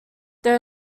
there